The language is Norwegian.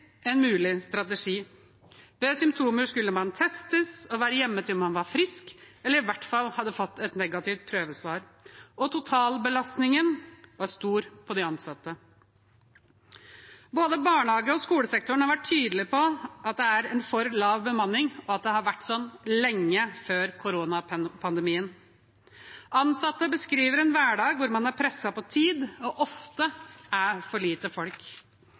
en mulig strategi. Ved symptomer skulle man testes og være hjemme til man var frisk, eller i hvert fall til man hadde fått et negativt prøvesvar. Totalbelastningen var stor på de ansatte. Både barnehage- og skolesektoren har vært tydelig på at det er en for lav bemanning, og at det har vært sånn lenge før koronapandemien. Ansatte beskriver en hverdag hvor man er presset på tid og ofte er for få folk.